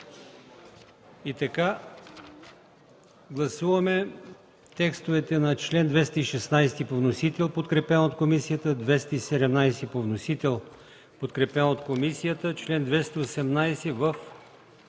прието. Гласуваме текстовете на чл. 216 – по вносител, подкрепен от комисията; чл. 217 – по вносител, подкрепен от комисията; чл. 218 –